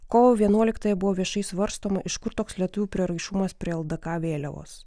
kovo vienuoliktąją buvo viešai svarstoma iš kur toks lietuvių prieraišumas prie ldk vėliavos